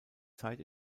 zeit